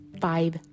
five